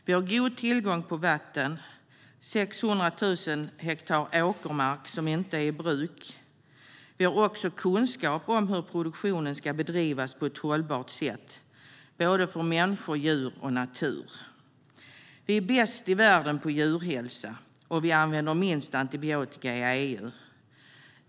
Vi har god tillgång på vatten och 600 000 hektar åkermark som inte är i bruk. Vi har också kunskap om hur produktionen ska bedrivas på ett hållbart sätt, såväl för människor som för djur och natur. Vi är bäst i världen på djurhälsa, och vi använder minst antibiotika i EU.